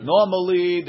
Normally